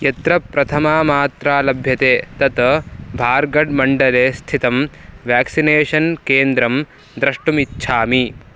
यत्र प्रथमा मात्रा लभ्यते तत् भार्गढ् मण्डले स्थितं व्याक्सिनेषन् केन्द्रं द्रष्टुमिच्छामि